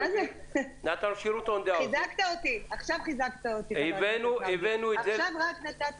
עכשיו חיזקת אותו.